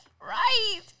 Right